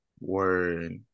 Word